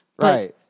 Right